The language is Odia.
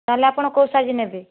ତା'ହେଲେ ଆପଣ କେଉଁ ସାଇଜ୍ ନେବେ